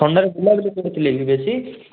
ଥଣ୍ଡାରେ ବୁଲାବୁଲି କରୁଥିଲେ କି ବେଶି